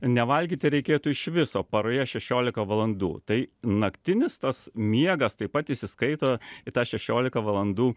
nevalgyti reikėtų iš viso paroje šešiolika valandų tai naktinis tas miegas taip pat įsiskaito į tą šešiolika valandų